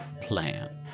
plan